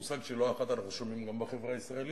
מושג שלא אחת אנחנו שומעים גם בחברה הישראלית,